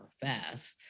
fast